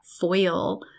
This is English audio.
Foil